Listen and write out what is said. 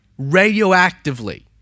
radioactively